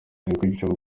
menya